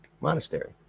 monastery